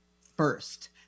first